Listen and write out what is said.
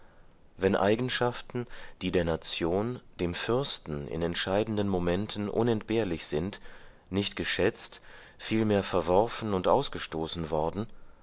wenn eigenschaften die der nation dem fürsten in entscheidenden momenten unentbehrlich sind nicht geschätzt vielmehr verworfen und ausgestoßen worden